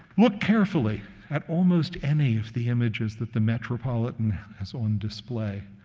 look carefully at almost any of the images that the metropolitan has on display.